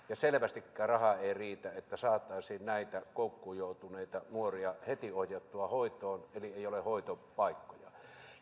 ja selvästikään raha ei riitä että saataisiin näitä koukkuun joutuneita nuoria heti ohjattua hoitoon eli ei ole hoitopaikkoja